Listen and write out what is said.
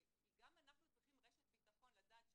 גם אנחנו צריכים רשת ביטחון לדעת.